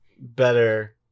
better